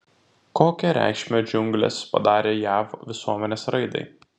kokią reikšmę džiunglės padarė jav visuomenės raidai